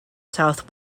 south